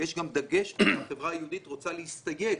ויש גם דגש שהחברה היהודית רוצה להסתייג